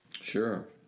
Sure